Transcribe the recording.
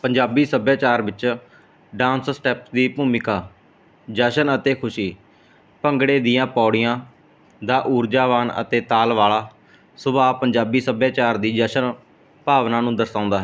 ਪੰਜਾਬੀ ਸੱਭਿਆਚਾਰ ਵਿੱਚ dance steps ਦੀ ਭੂਮਿਕਾ ਜਸ਼ਨ ਅਤੇ ਖੁਸ਼ੀ ਭੰਗੜੇ ਦੀਆਂ ਪੌੜੀਆਂ ਦਾ ਊਰਜਾਵਾਨ ਅਤੇ ਤਾਲ ਵਾਲਾ ਸੁਭਾਅ ਪੰਜਾਬੀ ਸੱਭਿਆਚਾਰ ਦੀ ਜਸ਼ਨ ਭਾਵਨਾ ਨੂੰ ਦਰਸਾਉਂਦਾ ਹੈ